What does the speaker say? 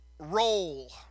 roll